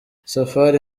safari